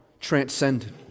transcendent